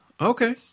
Okay